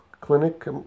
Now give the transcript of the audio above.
clinic